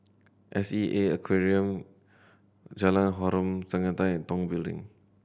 S E A Aquarium Jalan Harom Setangkai and Tong Building